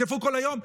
תתקפו כל היום.